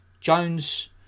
Jones